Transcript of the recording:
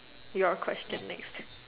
your question next